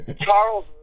Charles